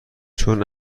چون